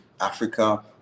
Africa